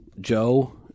Joe